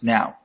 Now